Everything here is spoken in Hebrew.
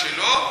משלו,